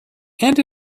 and